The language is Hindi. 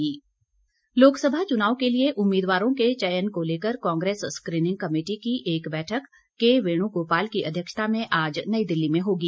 कांग्रेस लोकसभा चुनाव के लिए उम्मीदवारों के चयन को लेकर कांग्रेस स्कीनिंग कमेटी की एक बैठक के वेणुगोपाल की अध्यक्षता में आज नई दिल्ली में होगी